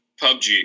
PUBG